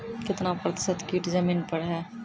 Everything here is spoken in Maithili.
कितना प्रतिसत कीट जमीन पर हैं?